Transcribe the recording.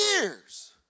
years